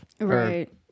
Right